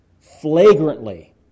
flagrantly